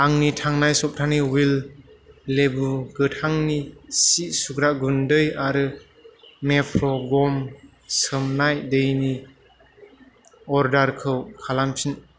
आंनि थांनाय सप्तानि विल लेबु गोथांनि सि सुग्रा गुन्दै आरो मेप्र' गम सोमनाय दैनि अर्डारखौ खालामफिन